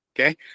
Okay